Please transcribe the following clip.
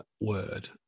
word